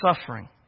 Suffering